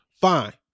Fine